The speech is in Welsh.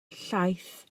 llaeth